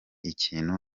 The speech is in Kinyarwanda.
ikintu